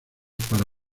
pero